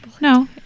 No